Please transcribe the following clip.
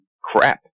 crap